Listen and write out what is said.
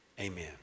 amen